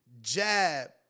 jab